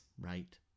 right